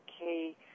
okay